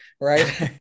right